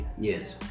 Yes